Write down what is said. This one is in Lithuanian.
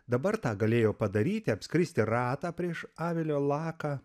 dabar tą galėjo padaryti apskristi ratą prieš avilio laką